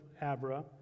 Abra